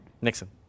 Nixon